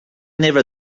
never